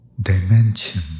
dimension